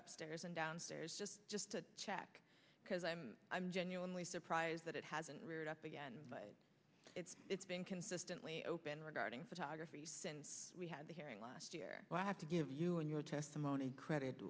up stairs and downstairs just just to check because i'm i'm genuinely surprised that it hasn't reared up again but it's it's been consistently open regarding photography since we had the hearing last year but i have to give you and your testimony credit